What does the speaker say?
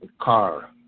car